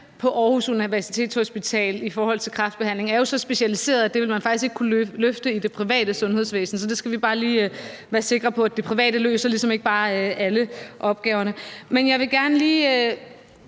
på Aarhus Universitetshospital, jo er så specialiseret, at det faktisk ikke vil kunne løftes i det private sundhedsvæsen. Så det skal vi bare lige være sikre på: Det private løser ligesom ikke bare alle opgaverne. Men jeg vil gerne lige